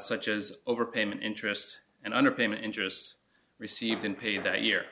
such as overpayment interest and underpayment interest received in pay that year